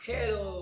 Hello